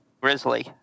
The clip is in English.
Grizzly